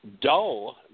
dull